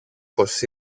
πως